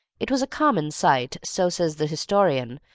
it was a common sight, so says the historian,